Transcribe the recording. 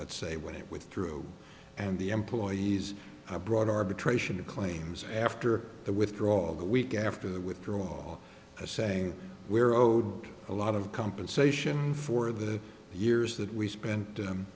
let's say when it with through and the employees brought arbitration of claims after the withdrawal the week after the withdraw a saying we're owed a lot of compensation for the years that we spent